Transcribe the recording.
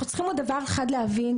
אנחנו צריכים עוד דבר אחד להבין,